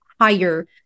higher